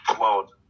world